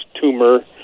tumor